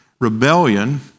Rebellion